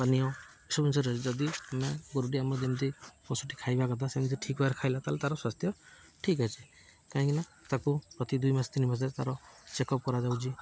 ପାନୀୟ ଏସବୁ ଜିନିଷ ରହିଛି ଯଦି ଆମେ ଗୋରୁଟି ଆମର ଯେମିତି ପଶୁଟି ଖାଇବା କଥା ସେମିତି ଠିକ୍ ଭାବରେ ଖାଇଲା ତାହେଲେ ତା'ର ସ୍ୱାସ୍ଥ୍ୟ ଠିକ୍ ଅଛି କାହିଁକିନା ତାକୁ ପ୍ରତି ଦୁଇ ମାସ ତିନି ମାସରେ ତା'ର ଚେକଅପ୍ କରାଯାଉଛି